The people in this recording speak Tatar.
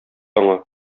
аңа